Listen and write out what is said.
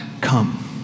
come